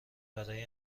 برای